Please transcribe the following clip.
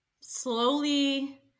slowly